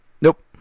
Nope